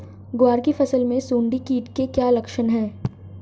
ग्वार की फसल में सुंडी कीट के क्या लक्षण है?